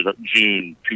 June